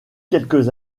quelques